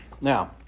Now